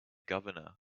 governor